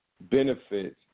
benefits